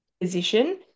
position